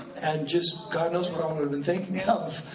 and just, god knows what i would've been thinking of.